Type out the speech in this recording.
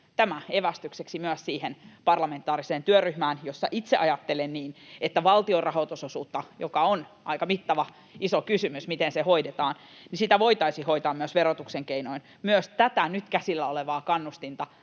Tämä evästykseksi myös siihen parlamentaariseen työryhmään, josta itse ajattelen niin, että valtion rahoitusosuutta, joka on aika mittava, iso kysymys, miten se hoidetaan, voitaisiin hoitaa myös verotuksen keinoin myös tätä nyt käsillä olevaa kannustinta